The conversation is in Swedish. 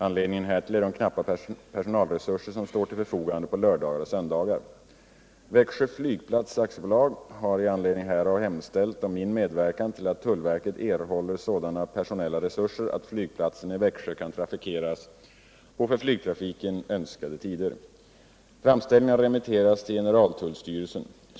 Anledningen härtill är de knappa personalresurser som står till förfogande på lördagar och söndagar. Växjö flygplats AB har med anledning härav hemställt om min medverkan till att tullverket erhåller sådana personella resurser att flygplatsen i Växjö kan trafikeras på för flygtrafiken önskvärda tider. Framställningen har remitterats till generaltullstyrelsen.